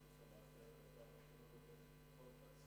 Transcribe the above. הישיבה ננעלה בשעה בשעה